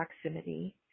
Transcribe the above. proximity